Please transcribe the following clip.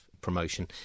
promotion